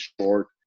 short